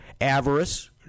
Avarice